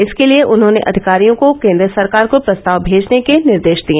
इसके लिए उन्होंने अधिकारियों को केन्द्र सरकार को प्रस्ताव भेजने के निर्देश दिए